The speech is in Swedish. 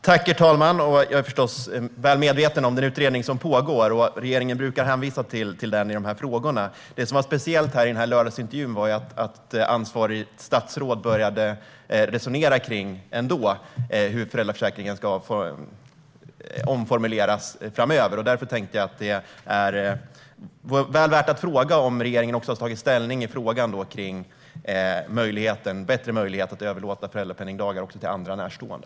Herr talman! Jag är förstås väl medveten om den utredning som pågår. Regeringen brukar hänvisa till den i de här frågorna. Det som var speciellt i lördagsintervjun var att ansvarigt statsråd ändå började resonera kring hur föräldraförsäkringen ska omformuleras framöver. Därför tänkte jag att det var värt att fråga om regeringen också har tagit ställning till frågan om bättre möjligheter att överlåta föräldrapenningdagar också till andra närstående.